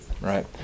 right